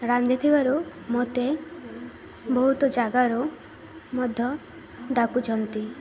ରାନ୍ଧିଥିବାରୁ ମୋତେ ବହୁତ ଜାଗାରୁ ମଧ୍ୟ ଡାକୁଛନ୍ତି